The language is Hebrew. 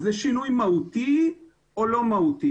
אם כן, זה שינוי מהותי או לא מהותי?